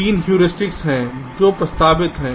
3 heuristic हैं जो प्रस्तावित हैं